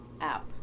app